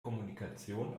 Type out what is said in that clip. kommunikation